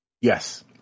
Yes